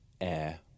air